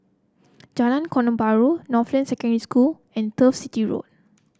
Jalan Korban Road Northland Secondary School and Turf City Road